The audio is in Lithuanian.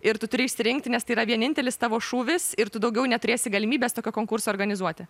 ir tu turi išsirinkti nes tai yra vienintelis tavo šūvis ir tu daugiau neturėsi galimybės tokio konkurso organizuoti